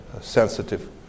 sensitive